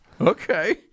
Okay